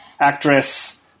actress